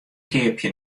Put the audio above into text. keapje